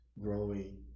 growing